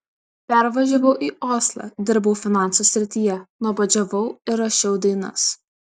pervažiavau į oslą dirbau finansų srityje nuobodžiavau ir rašiau dainas